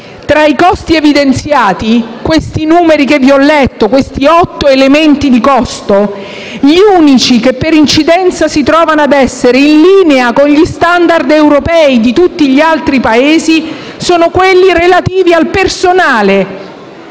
Tra i costi evidenziati, questi numeri che vi ho letto, questi otto elementi di costo, gli unici che per incidenza si trovano ad essere in linea con gli *standard* europei di tutti gli altri Paesi, sono quelli relativi al personale